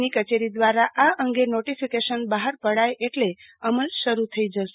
ની કચેરી દ્વારા આ અંગે નોટિફિકેશન બહાર પડાય એટ્લે અમલ શરૂ થઈ જશે